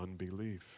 unbelief